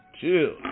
Chill